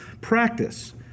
practice